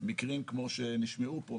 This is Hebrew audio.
מקרים כמו שנשמעו פה,